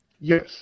Yes